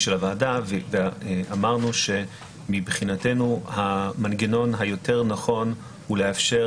של הוועדה ואמרנו שמבחינתנו המנגנון היותר נכון הוא לאפשר